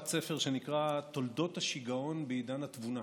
ספר שנקרא "תולדות השיגעון בעידן התבונה",